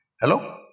Hello